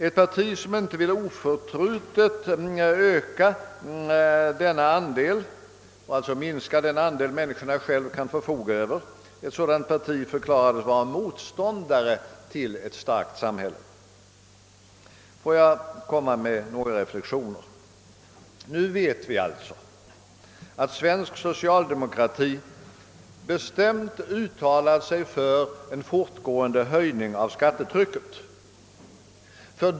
Ett parti, som inte oförtrutet vill vara med om att öka denna andel och därmed minska den andel av inkomsten som människorna själva kan förfoga över, förklarades vara motståndare till ett starkt samhälle. Får jag göra några reflexioner? Nu vet vi alltså att svensk socialdemokrati bestämt uttalat sig för en fortgående höjning av skattetrycket.